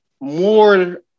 more